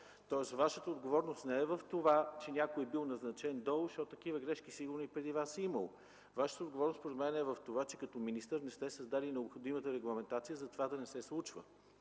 Тоест Вашата отговорност не е в това, че някой бил назначен долу, защото такива грешки сигурно и преди Вас е имало. Вашата отговорност според мен е в това, че като министър не сте създал необходимата регламентация това да не се случва.